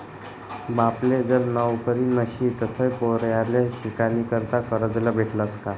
बापले जर नवकरी नशी तधय पोर्याले शिकानीकरता करजं भेटस का?